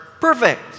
perfect